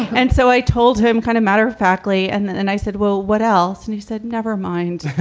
and so i told him kind of matter of factly. and then and i said, well, what else? and he said, never mind.